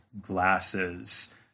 glasses